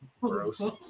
Gross